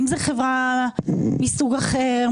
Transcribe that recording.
אם זו חברה מסוג אחר,